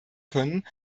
können